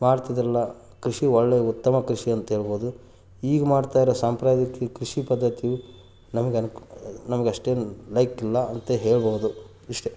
ಮಾಡ್ತಿದ್ರಲ್ಲಾ ಕೃಷಿ ಒಳ್ಳೆಯ ಉತ್ತಮ ಕೃಷಿ ಅಂತ್ಹೇಳ್ಬೋದು ಈಗ ಮಾಡ್ತಾಯಿರೋ ಸಾಂಪ್ರದಾಯಿಕ ಕೃಷಿ ಪದ್ದತಿಯು ನಮ್ಗೆ ಅನುಕೂ ನಮ್ಗಷ್ಟೊಂದು ಲೈಕ್ ಇಲ್ಲ ಅಂತ ಹೇಳ್ಬೋದು ಇಷ್ಟೇ